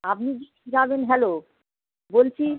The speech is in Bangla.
আপনি কি যাবেন হ্যালো বলছি